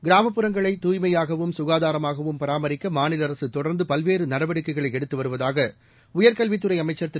கிராமப்புறங்களை தூய்மையாகவும் சுகாதாரமாகவும் பராமரிக்க மாநில அரசு தொடர்ந்து பல்வேறு நடவடிக்கைகளை எடுத்து வருவதாக உயர்கல்வித்துறை அமைச்சர் திரு